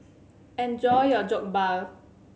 enjoy your Jokbal